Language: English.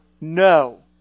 no